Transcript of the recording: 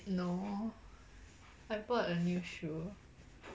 no I bought a new shoe